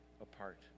apart